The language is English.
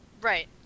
Right